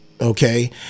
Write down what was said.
Okay